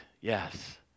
yes